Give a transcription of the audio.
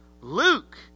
Luke